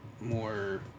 more